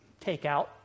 takeout